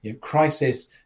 Crisis